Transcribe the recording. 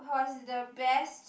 was the best